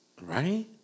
Right